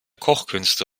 kochkünste